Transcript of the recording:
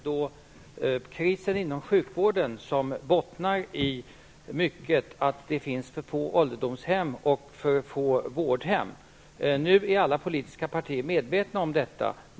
Herr talman! Krisen inom sjukvården bottnar mycket i att det finns för få ålderdomshem och för få vårdhem, vilket alla politiska partier är medvetna om.